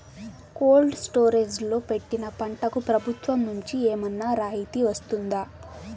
Cold storage లో పెట్టిన పంటకు ప్రభుత్వం నుంచి ఏమన్నా రాయితీ వస్తుందా?